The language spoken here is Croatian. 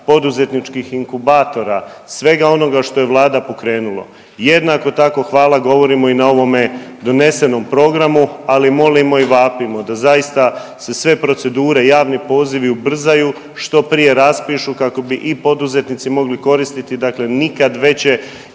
poduzetničkih inkubatora, svega onoga što je Vlada pokrenula. Jednako tako hvala govorimo i na ovome donesenom programu ali molimo i vapimo da zaista se sve procedure, javni pozivi ubrzaju, što prije raspišu kako bi i poduzetnici mogli koristiti. Dakle, nikad veće